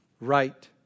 right